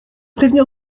prévenir